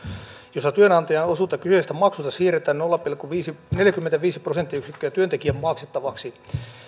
jossa työnantajan osuudesta kyseisestä maksusta siirretään nolla pilkku neljäkymmentäviisi prosenttiyksikköä työntekijän maksettavaksi